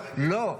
לא, לא.